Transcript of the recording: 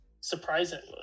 surprisingly